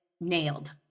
nailed